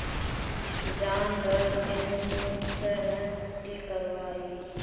जान डार इंश्योरेंस की करवा ई?